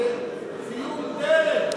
זה ציון דרך.